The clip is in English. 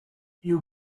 you